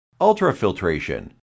Ultrafiltration